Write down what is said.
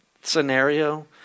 scenario